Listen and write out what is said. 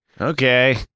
Okay